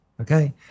okay